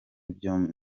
byombi